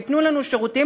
וייתנו לנו שירותים,